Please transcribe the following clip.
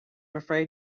afraid